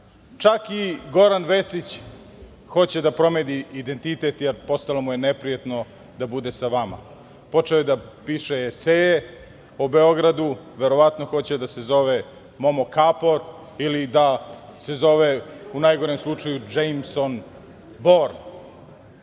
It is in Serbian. Čak i Goran Vesić hoće da promeni identitet, postalo mu je neprijatno da bude sa vama. počeo je da piše eseje o Beogradu, verovatno hoće da se zove Momo Kapor ili da se zove u najgorem slučaju Džejmson